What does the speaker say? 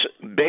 base